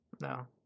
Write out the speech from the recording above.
No